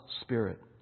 spirit